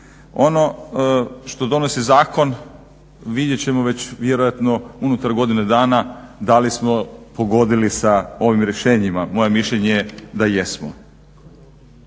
Ono što donosi zakon vidjet ćemo već vjerojatno unutar godine dana da li smo pogodili sa ovim rješenjima. Moje mišljenje je da jesmo.